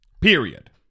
Period